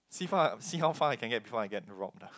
see far see how far I can get before I get robbed ah